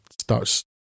starts